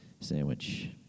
Sandwich